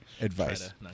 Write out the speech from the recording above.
advice